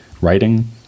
writing